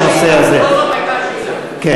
לא זאת הייתה השאלה.